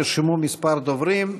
נרשמו כמה דוברים,